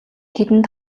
тэдэнд